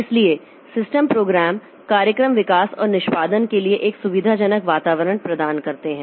इसलिए system program कार्यक्रम विकास और निष्पादन के लिए एक सुविधाजनक वातावरण प्रदान करते हैं